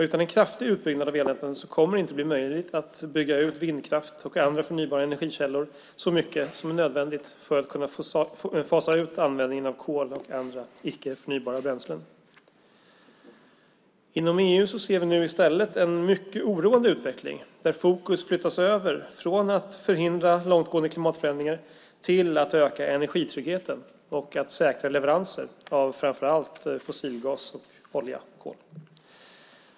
Utan en kraftig utbyggnad av elnäten kommer det inte att bli möjligt att bygga ut vindkraft och andra förnybara energikällor så mycket som är nödvändigt för att kunna fasa ut användningen av kol och andra icke förnybara bränslen. Inom EU ser vi nu i stället en mycket oroande utveckling. Fokus flyttas från att förhindra långtgående klimatförändringar till att öka energitryggheten och säkra leveranser framför allt av fossilgas, olja och kol.